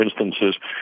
instances